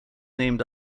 named